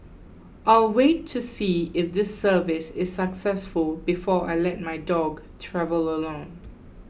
I'll wait to see if this service is successful before I let my dog travel alone